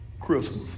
Christmas